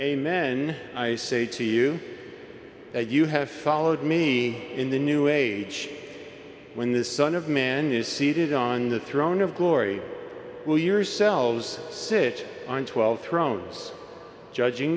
amen i say to you that you have followed me in the new age when this son of man is seated on the throne of glory will yourselves sit on twelve thrones judging